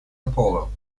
apollo